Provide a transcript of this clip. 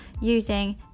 using